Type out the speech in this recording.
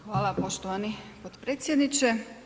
Hvala poštovani potpredsjedniče.